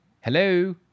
Hello